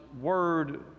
word